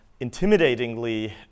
intimidatingly